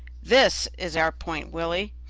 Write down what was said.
this is our point, willie,